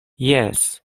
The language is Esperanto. jes